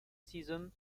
season